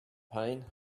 pain